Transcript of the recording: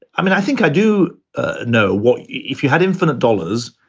i think i do ah know what if you had infinite dollars,